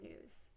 news